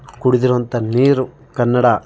ಕುಡಿದಿರುವಂಥ ನೀರು ಕನ್ನಡ